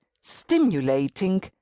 stimulating